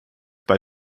bei